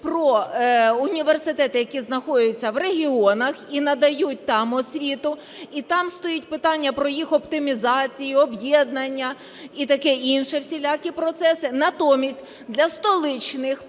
про університети, які знаходяться в регіонах і надають там освіту. І там стоїть питання про їх оптимізацію, об'єднання і таке інше, всілякі процеси. Натомість для столичних